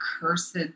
cursed